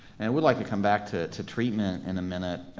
would like to come back to to treatment in a minute,